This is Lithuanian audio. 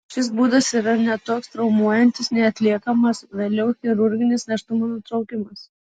šis būdas yra ne toks traumuojantis nei atliekamas vėliau chirurginis nėštumo nutraukimas